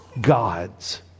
gods